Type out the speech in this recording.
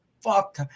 fuck